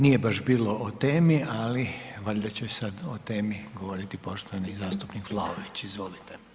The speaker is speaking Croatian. Nije baš bilo o temi, ali valjda će sad o temi govoriti poštovani zastupnik Vlaović, izvolite.